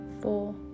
four